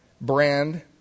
brand